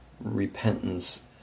repentance